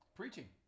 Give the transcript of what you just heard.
preaching